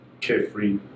carefree